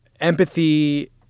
empathy